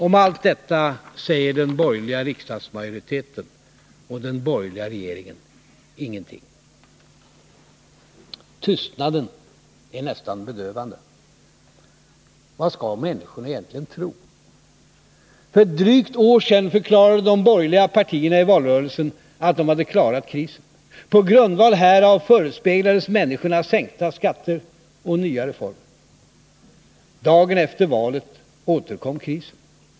Om allt detta säger den borgerliga riksdagsmajoriteten, och den borgerliga regeringen, ingenting. Tystnaden är nästan bedövande. Vad skall människorna egentligen tro? För ett drygt år sedan förklarade de borgerliga partierna i valrörelsen att de hade klarat krisen. På grundval härav förespeglades människorna sänkta skatter och nya reformer. Dagen efter valet återkom krisen.